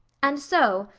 and so,